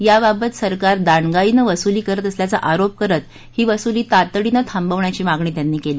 याबाबत सरकार दांडगाईनं वसुली करत असल्याचा आरोप करत ही वसुली तातडीनं थांबवण्याची मागणी त्यांनी केली